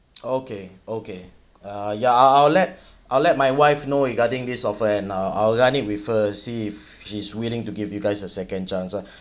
okay okay uh ya uh I'll~ I'll let I'll let my wife know regarding this offer and uh I'll run it with her see if she's willing to give you guys a second chance lah